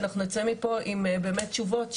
שאנחנו נצא מפה עם באמת תשובות,